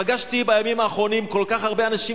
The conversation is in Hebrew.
פגשתי בימים האחרונים כל כך הרבה אנשים